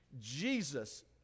Jesus